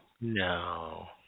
No